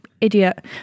idiot